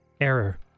Error